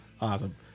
awesome